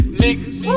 niggas